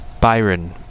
Byron